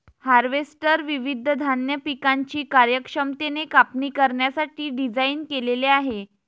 harvester विविध धान्य पिकांची कार्यक्षमतेने कापणी करण्यासाठी डिझाइन केलेले आहे